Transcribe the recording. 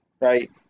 Right